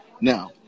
now